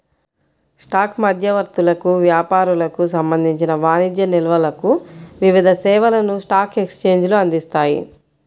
stock మధ్యవర్తులకు, వ్యాపారులకు సంబంధించిన వాణిజ్య నిల్వలకు వివిధ సేవలను స్టాక్ ఎక్స్చేంజ్లు అందిస్తాయి